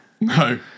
no